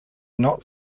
not